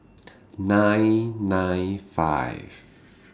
nine nine five